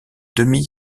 demi